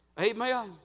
Amen